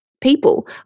people